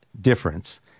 difference